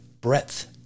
breadth